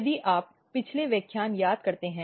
यदि आप पिछले व्याख्यान याद करते हैं